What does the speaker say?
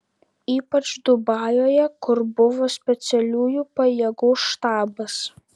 ypač dubajuje kur buvo specialiųjų pajėgų štabas